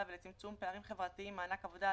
ולצמצום פערים חברתיים (מענק עבודה),